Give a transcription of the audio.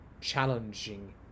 challenging